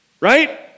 right